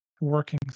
working